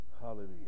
Hallelujah